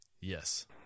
Yes